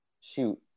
Shoot